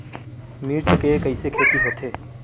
मिर्च के कइसे खेती होथे?